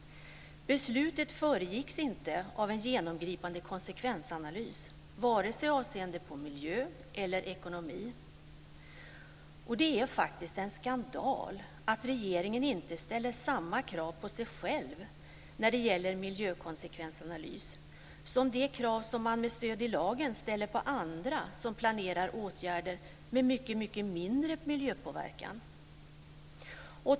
Beslutet föregicks inte av en genomgripande konsekvensanalys, varken avseende miljö eller avseende ekonomi. Det är faktiskt en skandal att regeringen inte ställer samma krav på sig själv när det gäller miljökonsekvensanalys som den med stöd i lagen ställer på andra som planerar åtgärder med mycket mindre miljöpåverkan.